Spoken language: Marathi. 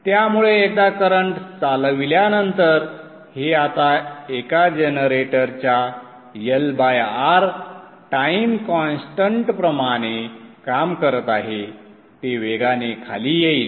त्यामुळे एकदा करंट चालविल्यानंतर हे आता एका जनरेटरच्या LR टाइम कॉन्स्टंटप्रमाणे काम करत आहे ते वेगाने खाली येईल